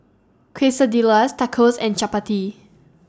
Quesadillas Tacos and Chapati